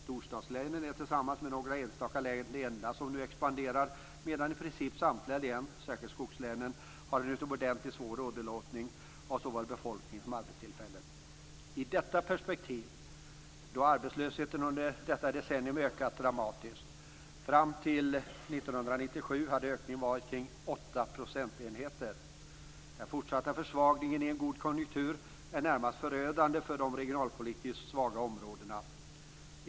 Storstadslänen är tillsammans med några enstaka län de enda som nu expanderar, medan i princip samtliga län, särskilt skogslänen, har en utomordentligt svår åderlåtning av såväl befolkning som arbetstillfällen. Detta kan ses i ett perspektiv med en arbetslöshet som under detta decennium har ökat dramatiskt. Fram till år 1997 var ökningen cirka åtta procentenheter. Den fortsatta försvagningen i en god konjunktur är närmast förödande för de regionalpolitiskt svaga områdena.